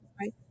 right